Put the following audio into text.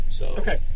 Okay